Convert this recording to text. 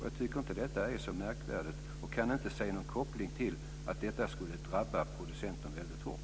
Jag tycker inte detta är så märkvärdigt och kan inte se att detta skulle drabba producenten väldigt hårt.